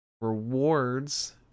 rewards